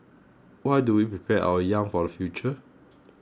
why do we prepare our young for the future